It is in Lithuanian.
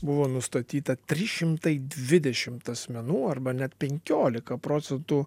buvo nustatyta trys šimtai dvidešimt asmenų arba net penkiolika procentų